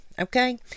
Okay